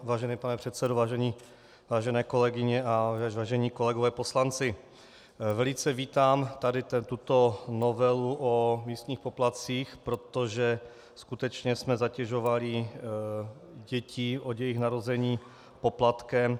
Vážený pane předsedo, vážené kolegyně, vážení kolegové poslanci, velice vítám tuto novelu o místních poplatcích, protože skutečně jsme zatěžovali děti od jejich narození poplatkem.